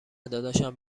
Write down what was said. داداشم